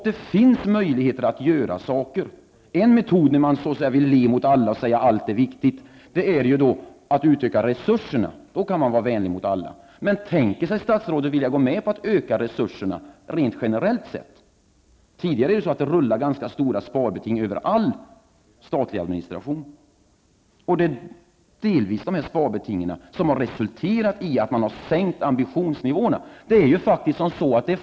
Det finns möjligheter att göra saker. En metod när man vill le mot alla och säger att allt är viktigt är att utöka resurserna. Men tänker statsrådet gå med på att utöka resurserna generellt sett? Det rullar redan ganska stora sparbeting överallt, bl.a. inom statlig administration, och det är delvis dessa sparbeting som har resulterat i att ambitionsnivåerna har sänkts.